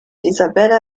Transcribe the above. isabella